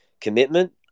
commitment